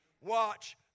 Watch